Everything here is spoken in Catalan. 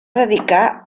dedicar